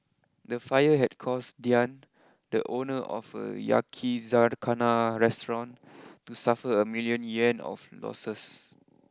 the fire had caused Diann the owner of a Yakizakana restaurant to suffer a million Yuan of losses